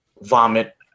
vomit